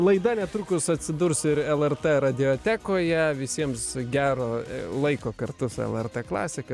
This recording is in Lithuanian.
laida netrukus atsidurs ir lrt radiotekoje visiems gero laiko kartu su lrt klasika